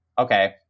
okay